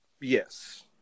Yes